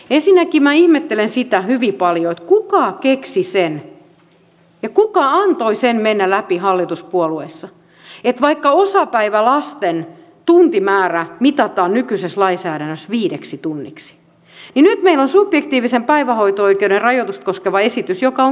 ensinnäkin minä ihmettelen hyvin paljon sitä kuka keksi sen ja kuka antoi mennä läpi hallituspuolueessa sen että vaikka osapäivälasten tuntimäärä mitataan nykyisessä lainsäädännössä viideksi tunniksi niin nyt meillä on subjektiivisen päivähoito oikeuden rajoitusta koskeva esitys joka onkin neljä tuntia